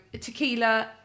tequila